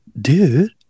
dude